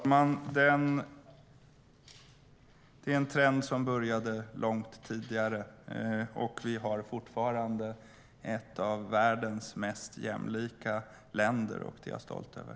Herr talman! Det är en trend som började långt tidigare. Vi är fortfarande ett av världens mest jämlika länder, och det är jag stolt över.